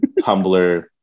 tumblr